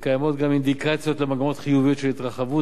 וקיימות גם אינדיקציות למגמות חיוביות של התרחבות